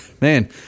Man